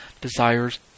desires